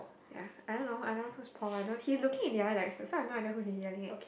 ya I don't know I don't know who's Paul I don't he looking in the other like that's why I don't know who he he I think it